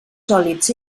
sòlids